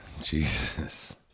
Jesus